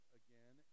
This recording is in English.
again